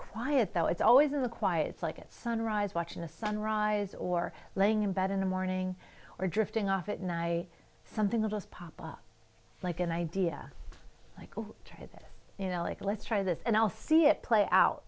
quiet though it's always in the quiet like at sunrise watching the sunrise or laying in bed in the morning or drifting off it and i something of those pop up like an idea like oh try this you know like let's try this and i'll see it play out